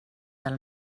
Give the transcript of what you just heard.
del